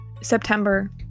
September